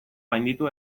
gainditu